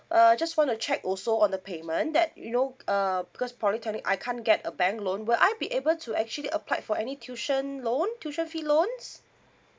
uh just want to check also on the payment that you know uh because polytechnic I can't get a bank loan will I be able to actually apply for any tuition loan tuition fee loans